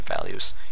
values